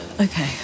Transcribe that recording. okay